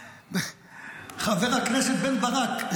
חבר הכנסת בן ברק,